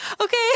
Okay